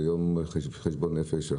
זה יום של חשבון נפש.